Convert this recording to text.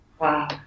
Wow